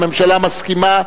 הממשלה מסכימה,